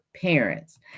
parents